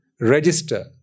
register